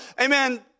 amen